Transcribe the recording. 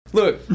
Look